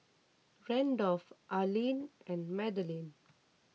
Randolf Arlyne and Madalyn